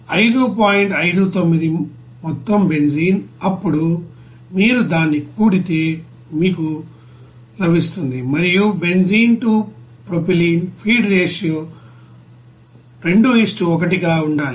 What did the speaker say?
59 మొత్తం బెంజీన్ అప్పుడు మీరు దాన్ని కూడి తే మీకు లభిస్తుంది మరియు benzene to propylene feed ratio 2 1 గా ఉండాలి